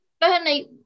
Bernie